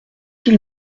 ils